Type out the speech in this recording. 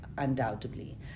Undoubtedly